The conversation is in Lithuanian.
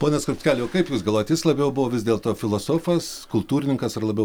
pone skrupskeli o kaip jūs galvojat jis labiau buvo vis dėl to filosofas kultūrininkas ar labiau